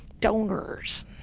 donors.